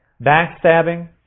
backstabbing